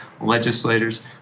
legislators